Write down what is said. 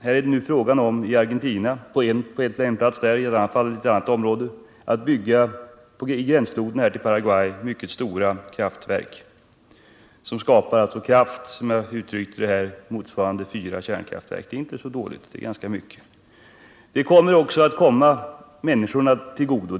Här är det nu fråga om att i Argentina — i gränsfloden till Paraguay — bygga mycket stora kraftverk, som skapar kraft motsvarande fyra kärnkraftverk , som jag uttryckte det. Det är inte så dåligt. Det är ganska mycket! Denna kraft skall komma människorna till godo.